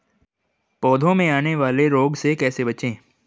पौधों में आने वाले रोग से कैसे बचें?